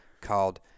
called